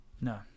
no